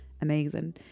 Amazing